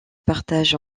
partage